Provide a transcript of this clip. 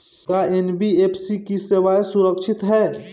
का एन.बी.एफ.सी की सेवायें सुरक्षित है?